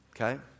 okay